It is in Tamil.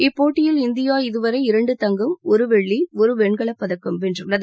இப்போட்டியில் இந்தியா இதுவரை இரண்டு தங்கம் ஒரு வெள்ளி ஒரு வெண்கலப்பதக்கம் வென்றுள்ளது